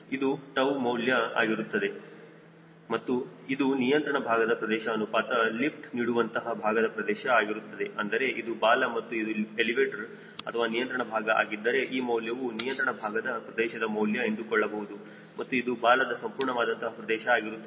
ಇದು ಟವ್ ಮೌಲ್ಯ ಆಗಿರುತ್ತದೆ ಮತ್ತು ಇದು ನಿಯಂತ್ರಣ ಭಾಗದ ಪ್ರದೇಶ ಅನುಪಾತ ಲಿಫ್ಟ್ ನೀಡುವಂತಹ ಭಾಗದ ಪ್ರದೇಶ ಆಗಿರುತ್ತದೆ ಅಂದರೆ ಇದು ಬಾಲ ಮತ್ತು ಇದು ಎಲಿವೇಟರ್ ಅಥವಾ ನಿಯಂತ್ರಣ ಭಾಗ ಹಾಗಿದ್ದರೆ ಈ ಮೌಲ್ಯವು ನಿಯಂತ್ರಣ ಭಾಗದ ಪ್ರದೇಶದ ಮೌಲ್ಯ ಎಂದುಕೊಳ್ಳಬಹುದು ಮತ್ತು ಇದು ಬಾಲದ ಸಂಪೂರ್ಣವಾದಂತಹ ಪ್ರದೇಶ ಆಗಿರುತ್ತದೆ